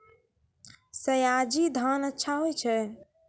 सयाजी धान अच्छा होय छै?